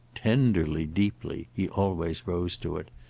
tenderly, deeply he always rose to it.